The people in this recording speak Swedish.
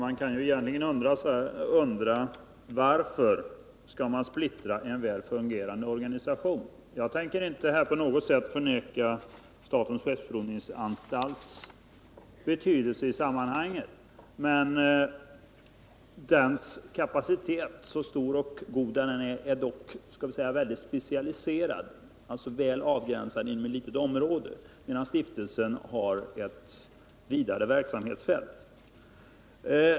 Herr talman! Man kan undra varför en väl fungerande organisation egentligen skall splittras. Jag tänker inte på något sätt förneka statens skeppsprovningsanstalts betydelse i detta sammanhang men vill ändå framhålla att dess kapacitet, hur god den än är, är mycket specialiserad eller väl avgränsad inom ett litet område medan stiftelsen har ett vidare verksamhetsfält.